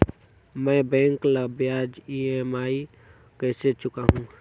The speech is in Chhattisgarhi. मैं बैंक ला ब्याज ई.एम.आई कइसे चुकाहू?